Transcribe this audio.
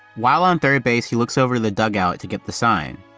while on third base, he looks over the dugout to get the sign.